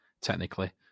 technically